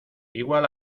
igual